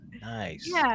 Nice